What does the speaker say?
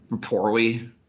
poorly